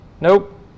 Nope